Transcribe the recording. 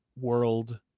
world